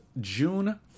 June